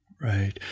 Right